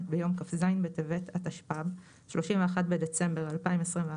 ביום כ"ז בטבת התשפ"ב (31 בדצמבר 2021),